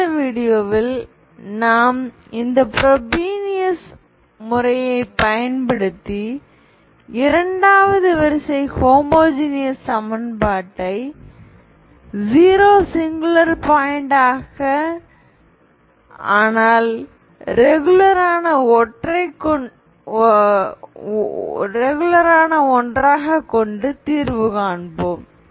அடுத்த வீடியோவில் நாம் இந்த ஃப்ரோபீனியஸ் முறையை பயன்படுத்தி இரண்டாவது வரிசை ஹோமோஜீனியஸ் சமன்பாட்டை 0 சிங்குலர் பாயிண்ட் ஆக ஆனால் ரெகுலர் ஆன ஒன்றாக கொண்டு தீர்வு காண்போம்